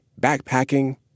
backpacking